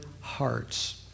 hearts